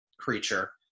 creature